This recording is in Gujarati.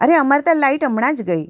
અરે અમારા ત્યાં લાઈટ હમણાં જ ગઈ